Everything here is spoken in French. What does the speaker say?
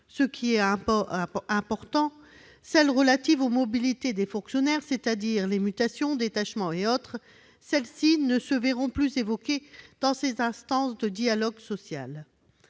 ce qui est important, les décisions relatives aux mobilités des fonctionnaires- c'est-à-dire les mutations, les détachements, etc. -ne seront plus évoquées dans ces instances de dialogue social.